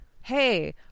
hey